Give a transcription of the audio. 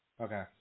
Okay